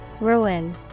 Ruin